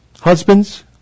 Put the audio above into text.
Husbands